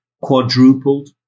quadrupled